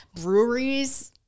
breweries